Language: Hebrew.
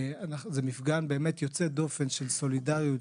זה מפגן באמת יוצא דופן של סולידריות,